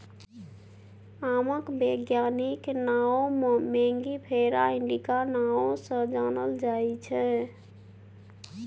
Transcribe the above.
आमक बैज्ञानिक नाओ मैंगिफेरा इंडिका नाओ सँ जानल जाइ छै